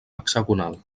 hexagonal